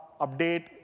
update